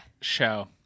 show